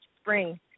spring